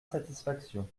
satisfaction